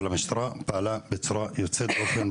אבל חשוב מאוד להגיד שהמשטרה פעלה בצורה יוצאת דופן.